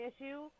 issue